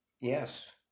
yes